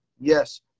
Yes